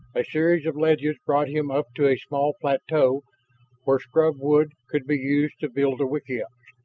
a series of ledges brought him up to a small plateau where scrub wood could be used to build the wickiups.